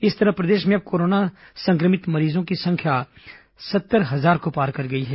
इस तरह प्रदेश में अब कोरोना संक्रमित मरीजों की संख्या सत्तर हजार को पार कर गई है